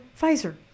Pfizer